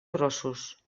grossos